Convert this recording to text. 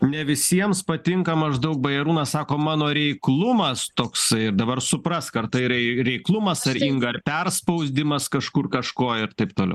ne visiems patinka maždaug bajarūnas sako mano reiklumas toks dabar suprask ar tai rei reiklumas ar inga ar perspausdimas kažkur kažko ir taip toliau